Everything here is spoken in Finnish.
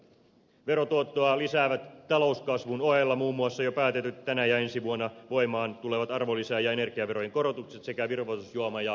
verotuottoa lisäävät talouskasvun ohella muun muassa jo päätetyt tänä ja ensi vuonna voimaan tulevat arvonlisä ja energiaverojen korotukset sekä virvoitusjuoma ja makeisvero